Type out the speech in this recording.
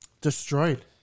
Destroyed